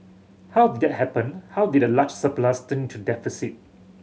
how did that happen how did a large surplus turnto deficit